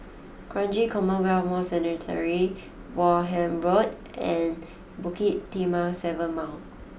Kranji Commonwealth War Cemetery Wareham Road and Bukit Timah Seven Mile